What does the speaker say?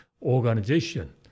organization